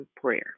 prayer